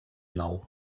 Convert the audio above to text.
nou